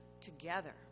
together